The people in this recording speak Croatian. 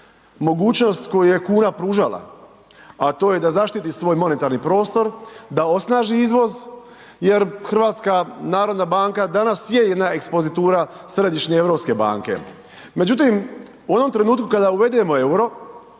mogućnost koju je kuna pružala, a to je da zaštiti svoj monetarni prostor, da osnaži izvoz jer HNB danas je jedna ekspozitura Središnje europske banke. Međutim, u onom trenutku kada uvedemo EUR-o